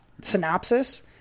synopsis